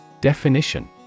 Definition